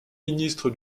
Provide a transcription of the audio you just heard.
ministre